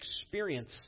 experience